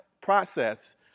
process